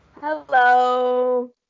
Hello